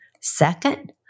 Second